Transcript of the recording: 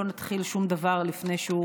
לא נתחיל שום דבר לפני שהוא